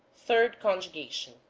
third conjugation